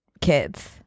kids